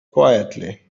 quietly